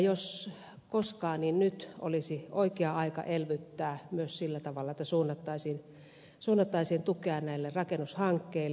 jos koskaan niin nyt olisi oikea aika elvyttää myös sillä tavalla että suunnattaisiin tukea näille rakennushankkeille